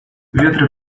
ветры